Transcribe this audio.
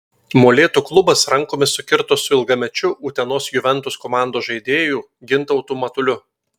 molėtų klubas rankomis sukirto su ilgamečiu utenos juventus komandos žaidėju gintautu matuliu